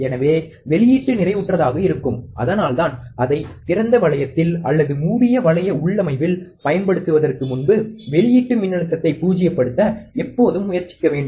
எனவே வெளியீட்டு நிறைவுற்றதாக இருக்கும் அதனால்தான் அதை திறந்த வளையத்தில் அல்லது மூடிய வளைய உள்ளமைவில் பயன்படுத்துவதற்கு முன்பு வெளியீட்டு மின்னழுத்தத்தை பூஜ்யப்படுத்த எப்போதும் முயற்சிக்க வேண்டும்